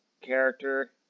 character